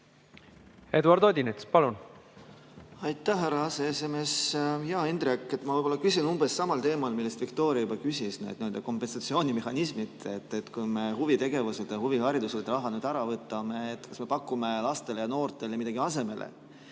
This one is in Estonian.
Eduard Odinets, palun!